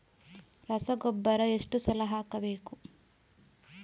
ರಸಗೊಬ್ಬರ ಎಷ್ಟು ಸಲ ಹಾಕಬೇಕು?